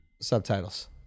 Subtitles